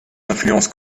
influences